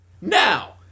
Now